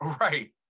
Right